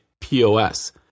POS